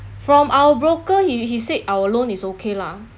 from our broker he he said our loan is okay lah